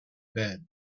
bed